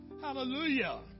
hallelujah